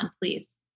please